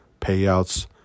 payouts